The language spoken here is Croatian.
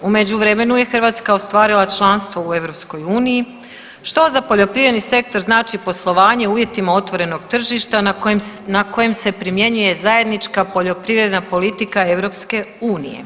U međuvremenu je Hrvatska ostvarila članstvo u EU što za poljoprivredni sektor znači poslovanje u uvjetima otvorenog tržišta na kojem se primjenjuje zajednička poljoprivredna politika EU.